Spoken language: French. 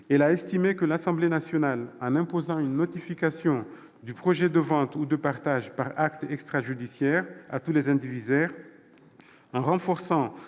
elle a estimé que l'Assemblée nationale, en imposant une notification du projet de vente ou de partage par acte extrajudiciaire à tous les indivisaires, en renforçant